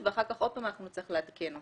ואחר כך עוד פעם אנחנו נצטרך לעדכן אותו.